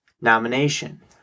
nomination